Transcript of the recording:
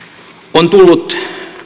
on tullut